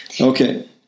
Okay